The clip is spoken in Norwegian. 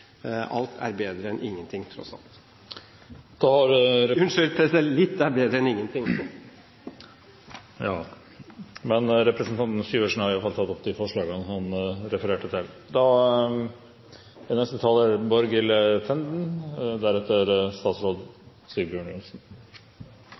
Alt er bedre enn ingenting, tross alt. Unnskyld – litt er bedre enn ingenting. Representanten Hans Olav Syversen har tatt opp de forslagene han refererte til. Da er